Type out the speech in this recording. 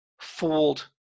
fooled